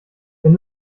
wenn